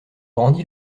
brandi